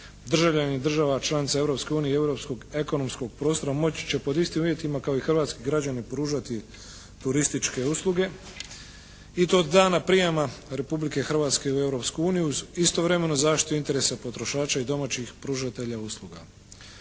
Državljani i država članica Europske unije i europskog ekonomskog prostora moći će pod istim uvjetima kao i hrvatski građani pružati turističke usluge i to od dana prijama Republike Hrvatske u Europsku uniju. Istovremeno zaštiti interese potrošača i domaćih pružatelja usluga.